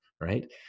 right